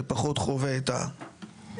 ופחות חווה את הפרסונליות,